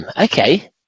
okay